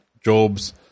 Job's